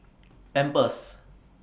Pampers